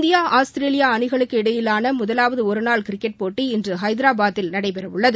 India Australia அணிகளுக்கு இடையிலான முதலாவது ஒருநாள் கிரிக்கெட் போட்டி இன்று ஹைதராபாத்தில் நடைபெற உள்ளது